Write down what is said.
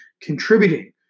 contributing